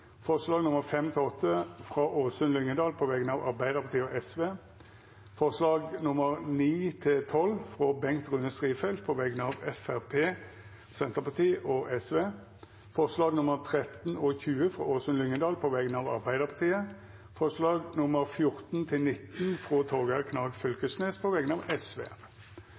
frå Åsunn Lyngedal på vegner av Arbeidarpartiet og Sosialistisk Venstreparti forslaga nr. 9–12, frå Bengt Rune Strifeldt på vegner av Framstegspartiet, Senterpartiet og Sosialistisk Venstreparti forslaga nr. 13 og 20, frå Åsunn Lyngedal på vegner av Arbeidarpartiet forslaga nr. 14–19, frå Torgeir Knag Fylkesnes på vegner av